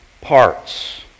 parts